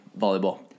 volleyball